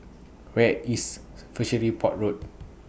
Where IS Fishery Port Road